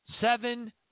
seven